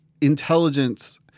intelligence